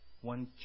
One